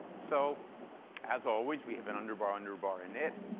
so as always, we have an underbar underbar in it.